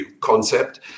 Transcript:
concept